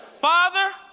Father